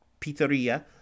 pizzeria